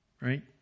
right